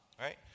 right